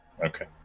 Okay